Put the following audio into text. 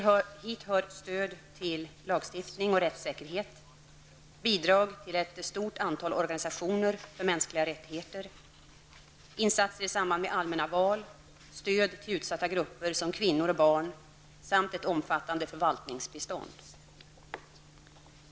Hit hör stöd till lagstiftning och rättssäkerhet, bidrag till ett stort antal organisationer för mänskliga rättigheter, insatser i samband med allmänna val, stöd till utsatta grupper, såsom kvinnor och barn, samt ett omfattande förvaltningsbistånd.